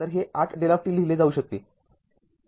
तर हे ८ δ लिहिले जाऊ शकते